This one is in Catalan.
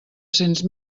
cents